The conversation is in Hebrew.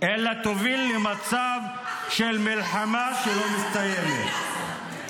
אלא תוביל למצב של מלחמה שלא מסתיימת.